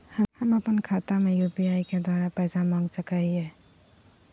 हम अपन खाता में यू.पी.आई के द्वारा पैसा मांग सकई हई?